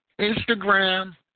Instagram